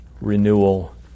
renewal